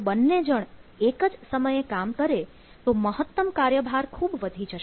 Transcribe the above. જો બંને જણ એક જ સમયે કામ કરે તો મહત્તમ કાર્યભાર ખૂબ વધી જશે